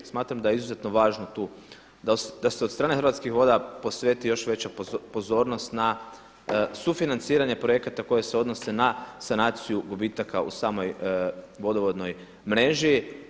Smatram da je izuzetno važno tu da se od strane Hrvatskih voda posveti još veća pozornost na sufinanciranje projekata koji se odnose na sanaciju gubitaka u samoj vodovodnoj mreži.